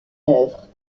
œuvre